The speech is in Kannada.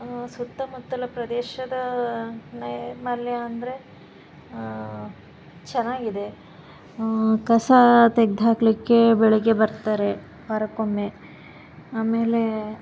ಸುತ್ತಮುತ್ತಲ ಪ್ರದೇಶದ ನೈರ್ಮಲ್ಯ ಅಂದರೆ ಚೆನ್ನಾಗಿದೆ ಕಸ ತೆಗ್ದು ಹಾಕಲಿಕ್ಕೆ ಬೆಳಿಗ್ಗೆ ಬರ್ತಾರೆ ವಾರಕ್ಕೊಮ್ಮೆ ಆಮೇಲೆ